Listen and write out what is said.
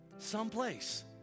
Someplace